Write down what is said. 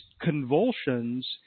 convulsions